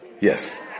Yes